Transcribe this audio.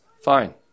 fine